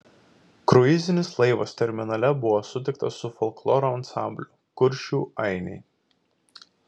kruizinis laivas terminale buvo sutiktas su folkloro ansambliu kuršių ainiai